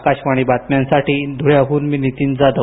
आकाशवाणी बातम्यांसाठी ध्ळ्याह्न नितीन जाधव